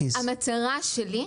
המטרה שלי,